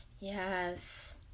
Yes